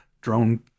drone